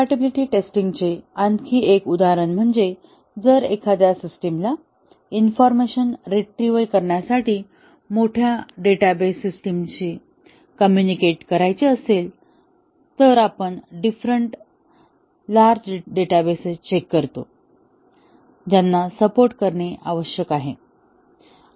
compatibility testing चे आणखी एक उदाहरण म्हणजे जर एखाद्या सिस्टिमला इन्फॉर्मेशन रिट्रिव्हल करण्यासाठी मोठ्या डेटाबेस सिस्टिमशी कम्युनिकेट करायचे असेल तर आपण डिफरेन्ट लार्ज डेटाबेस चेक करतो ज्यांना सपोर्ट करणे आवश्यक आहे